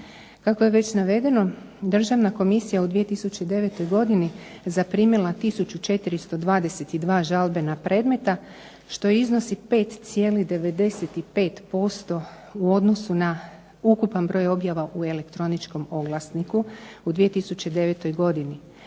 Kako je već navedeno, Državna komisija u 2009. godini je zaprimila 1422 žalbena predmeta što iznosi 5,95% u odnosu na ukupna broj objava u elektroničkom oglasniku u 2009. godini.